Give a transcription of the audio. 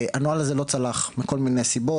הנוהל הזה לא צלח מכל מיני סיבות,